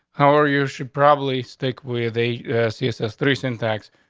how are you? should probably stick with a css three syntax.